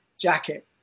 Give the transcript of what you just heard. jacket